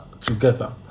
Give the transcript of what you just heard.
together